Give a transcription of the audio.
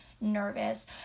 nervous